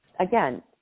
Again